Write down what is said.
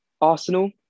Arsenal